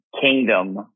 kingdom